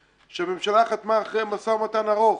שהממשלה חתמה עליו אחרי משא ומתן ארוך.